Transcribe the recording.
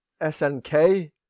SNK